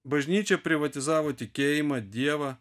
bažnyčia privatizavo tikėjimą dievą